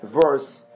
verse